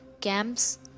camps